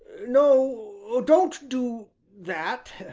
no don't do that,